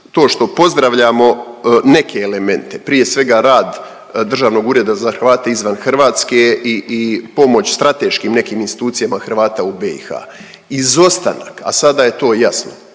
to što pozdravljamo neke elemente prije svega rad Državnog ureda za Hrvate izvan Hrvatske i pomoć strateškim nekim institucijama Hrvata u BiH izostanak, a sada je to jasno,